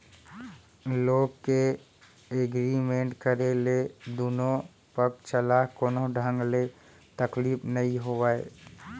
loan के agreement करे ले दुनो पक्छ ल कोनो ढंग ले तकलीफ नइ होवय